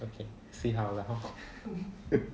okay see how lah hor